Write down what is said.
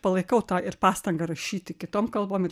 palaikau tą ir pastanga rašyti kitom kalbom ir